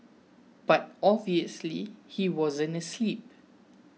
but obviously he wasn't asleep